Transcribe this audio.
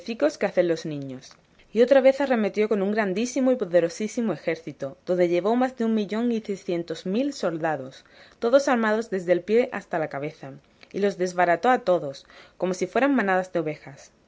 hacen los niños y otra vez arremetió con un grandísimo y poderosísimo ejército donde llevó más de un millón y seiscientos mil soldados todos armados desde el pie hasta la cabeza y los desbarató a todos como si fueran manadas de ovejas